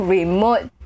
Remote